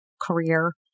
career